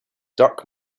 dirk